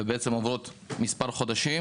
הן עוברות מספר חודשים,